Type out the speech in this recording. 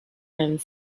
and